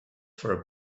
for